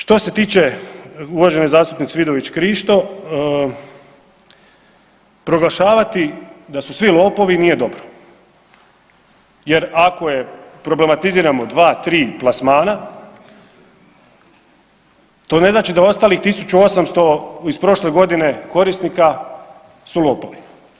Što se tiče uvažene zastupnice Vidović Krišto, proglašavati da su svi lopovi nije dobro jer ako problematiziramo dva, tri plasmana to ne znači da 1800 iz prošle godine korisnika su lopovi.